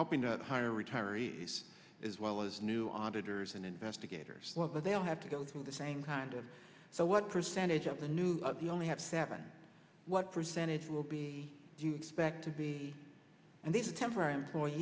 hoping to hire retirees as well as new auditors and investigators but they'll have to go through the same kind of so what percentage of the new the only have seven what percentage will be do you expect to be and these are temporary employee